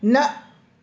न